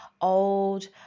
old